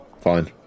Fine